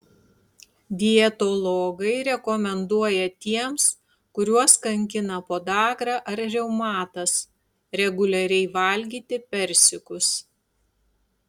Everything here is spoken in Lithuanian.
dietologai rekomenduoja tiems kuriuos kankina podagra ar reumatas reguliariai valgyti persikus